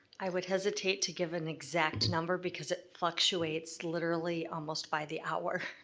i would hesitate to give an exact number because it fluctuates literally almost by the hour.